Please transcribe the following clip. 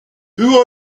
who